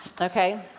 okay